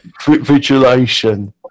vigilation